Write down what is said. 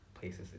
places